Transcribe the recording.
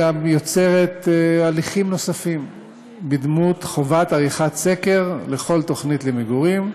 גם יוצרת הליכים נוספים בדמות חובת עריכת סקר לכל תוכנית למגורים.